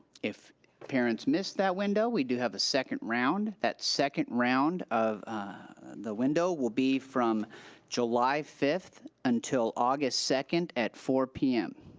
if parents miss that window, we do have a second round. that second round of the window will be from july fifth until august second at four p m.